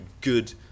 good